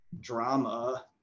drama